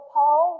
Paul